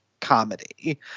comedy